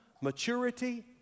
maturity